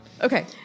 Okay